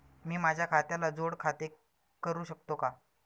मी माझ्या खात्याला जोड खाते करू शकतो का?